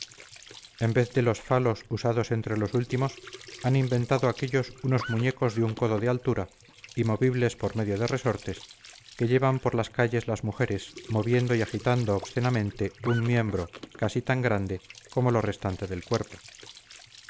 en vez de los phalos usados entre los últimos han inventado aquellos unos muñecos de un codo de altura y movibles por medio de resortes que llevan por las calles las mujeres moviendo y agitando obscenamente un miembro casi tan grande como lo restante del cuerpo